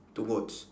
two goats